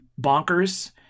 bonkers